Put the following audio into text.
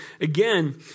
again